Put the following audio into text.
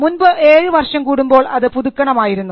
മുൻപ് ഏഴ് വർഷം കൂടുമ്പോൾ അത് പുതുക്കണമായിരുന്നു